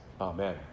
Amen